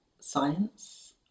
science